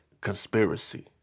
conspiracy